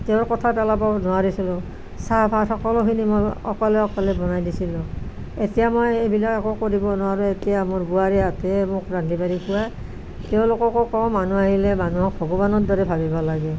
তেওঁৰ কথা পেলাবও নোৱাৰিছিলো চাহ ভাত সকলোখিনি মই অকলে অকলে বনাই দিছিলো এতিয়া মই এইবিলাক একো কৰিব নোৱাৰোঁ এতিয়া মোক বোৱাৰীহঁতে মোক ৰান্ধি বাঢ়ি খুৱায় তেওঁলোককো কওঁ মানুহ আহিলে মানুহ ভগৱানৰ দৰে ভাবিব লাগে